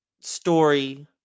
story